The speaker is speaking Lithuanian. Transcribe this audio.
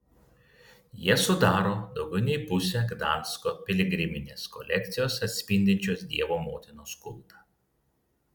jie sudaro daugiau nei pusę gdansko piligriminės kolekcijos atspindinčios dievo motinos kultą